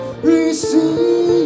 receive